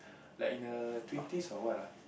like in her twenties or what ah